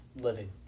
living